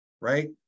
right